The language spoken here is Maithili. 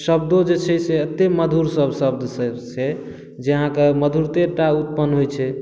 शब्दो जे छै से एते मधुर शब्द सभ छै जे अहाँक मधुरते टा उत्पन्न होइत छै